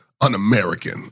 un-American